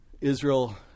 Israel